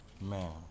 Man